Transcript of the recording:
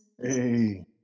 Hey